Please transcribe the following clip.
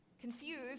Confused